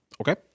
Okay